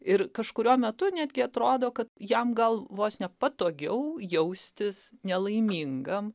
ir kažkuriuo metu netgi atrodo kad jam gal vos ne patogiau jaustis nelaimingam